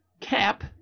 Cap